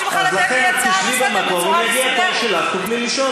אדוני קובע פה סדרים חדשים שלא יכולים להתקיים.